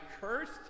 cursed